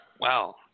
Wow